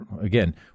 Again